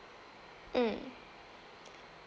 mm